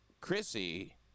Chrissy